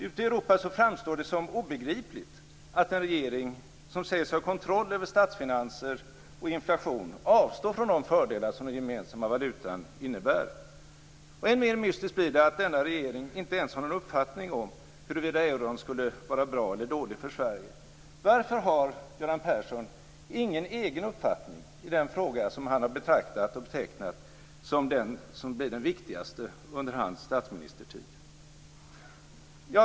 Ute i Europa framstår det som obegripligt att en regering som säger sig ha kontroll över statsfinanser och inflation avstår från de fördelar som den gemensamma valutan innebär. Än mer mystiskt blir det att denna regering inte ens har någon uppfattning om huruvida euron skulle vara bra eller dålig för Sverige. Varför har Göran Persson ingen egen uppfattning i den fråga som han har betecknat som den som blir den viktigaste under hans statsministertid?